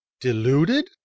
Deluded